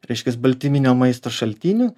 reiškias baltyminio maisto šaltiniu